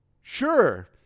Sure